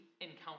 encounter